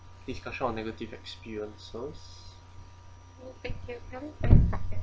discussion on negative experiences